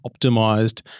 optimized